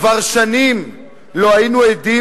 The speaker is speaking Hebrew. כבר שנים לא היינו עדים,